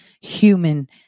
human